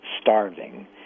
starving